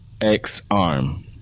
X-Arm